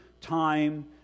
time